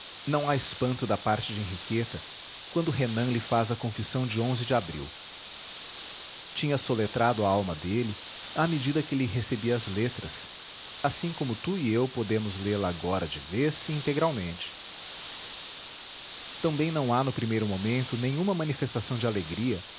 não há espanto da parte de henriqueta quando renan lhe faz a confissão de de abril tinha soletrado a alma dele à medida que lhe recebia as letras assim como tu e eu podemos lê-la agora de vez e integralmente também não há no primeiro momento nenhuma manifestação de alegria